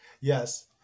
Yes